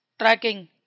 tracking